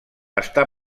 està